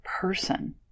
person